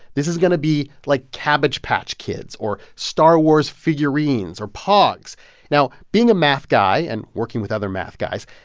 this is going to be like cabbage patch kids or star wars figurines or pogs now, being a math guy and working with other math guys,